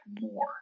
more